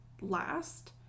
last